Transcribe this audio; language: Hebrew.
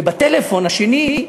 ובטלפון השני,